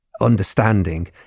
understanding